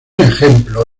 ejemplo